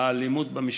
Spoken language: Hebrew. האלימות במשפחה.